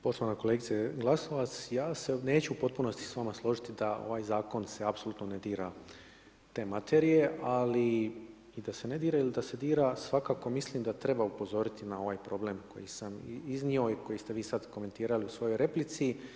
Poštovana kolegice Glasovac, ja se neću u potpunosti sa vama složiti da ovaj zakon se apsolutno ne dira te materije, ali da se ne dira ili da se dira svakako mislim da treba upozoriti na ovaj problem koji sam iznio i koji ste vi sad komentirali u svojoj replici.